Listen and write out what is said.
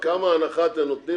כמה הנחה אתם נותנים?